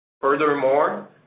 Furthermore